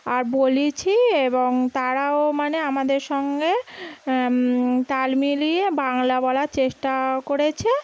আর বলেছি এবং তারাও মানে আমাদের সঙ্গে তাল মিলিয়ে বাংলা বলার চেষ্টা করেছে